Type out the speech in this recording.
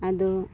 ᱟᱫᱚ